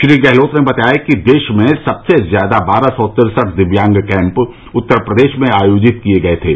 श्री गहलोत ने बताया कि देश में सबसे ज्यादा बारह सौ तिरसठ दिव्यांग कैम्प उत्तर प्रदेश में आयोजित किये गये थे